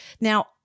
now